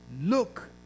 look